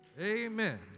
Amen